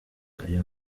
ayo